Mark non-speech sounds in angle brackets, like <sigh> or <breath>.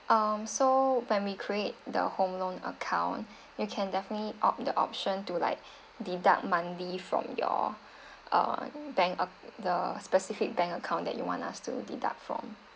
um so when we create the home loan account <breath> you can definitely opt the option to like <breath> deduct monthly from your <breath> uh bank acc~ the specific bank account that you want us to deduct from